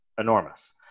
enormous